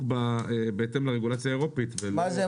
בהתאם לרגולציה האירופית --- מה זה,